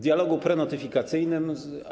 Dialogu prenotyfikacyjny.